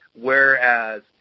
whereas